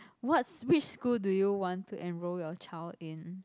what's which school do you want to enroll your child in